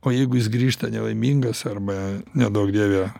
o jeigu jis grįžta nelaimingas arba neduok dieve